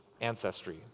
Ancestry